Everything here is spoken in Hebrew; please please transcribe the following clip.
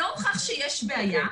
לא הוכח שיש בעיה,